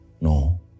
No